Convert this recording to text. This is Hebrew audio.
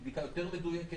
היא בדיקה יותר מדויקת,